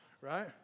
Right